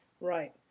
Right